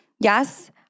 yes